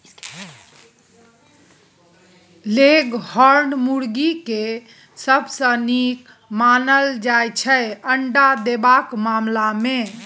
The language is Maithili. लेगहोर्न मुरगी केँ सबसँ नीक मानल जाइ छै अंडा देबाक मामला मे